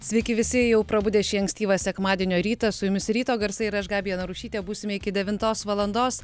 sveiki visi jau prabudę šį ankstyvą sekmadienio rytą su jumis ryto garsai ir aš gabija narušytė būsime iki devintos valandos